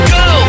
go